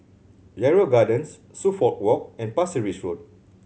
Yarrow Gardens Suffolk Walk and Pasir Ris Road